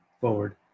forward